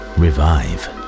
revive